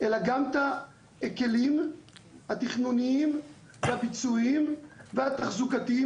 אלא גם את הכלים התכנוניים והביצועיים והתחזוקתיים.